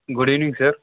good evening sir